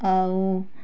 ଆଉ